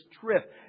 trip